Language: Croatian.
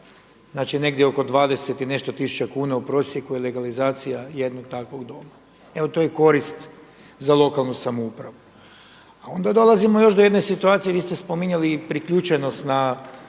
Znači negdje oko 20 i nešto tisuća kuna u prosjeku je legalizacija jednog takvog doma. Evo, to je korist za lokalnu samoupravu. A onda dolazimo do jedne situacije gdje ste spominjali i priključenost na